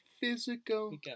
physical